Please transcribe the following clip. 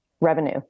revenue